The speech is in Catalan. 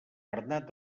bernat